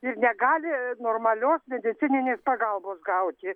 ir negali normalios medicininės pagalbos gauti